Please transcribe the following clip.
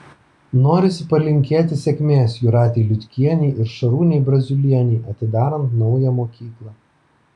norisi palinkėti sėkmės jūratei liutkienei ir šarūnei braziulienei atidarant naują mokyklą